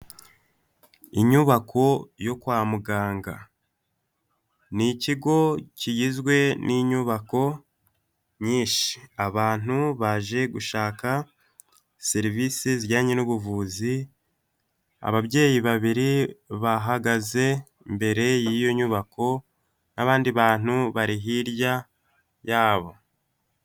Inyubako yo kwa muganga, ni ikigo kigizwe n'inyubako nyinshi abantu baje gushaka serivisi zijyanye n'ubuvuzi, ababyeyi babiri bahagaze mbere y'iyo nyubako n'abandi bantu bari hirya yabo.